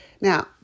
Now